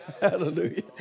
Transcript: Hallelujah